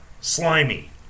Slimy